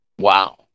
Wow